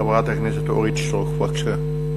חברת הכנסת אורית סטרוק, בבקשה.